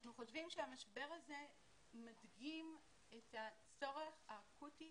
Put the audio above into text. אנחנו חושבים שהמשבר הזה מדגים את הצורך האקוטי